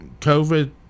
COVID